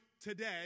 today